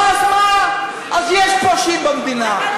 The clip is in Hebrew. אז מה, אז יש פושעים במדינה.